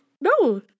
no